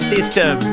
System